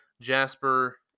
Jasper